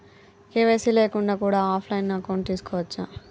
KYC లేకుండా కూడా offline account తీసుకోవచ్చా?